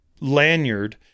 lanyard